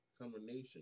combination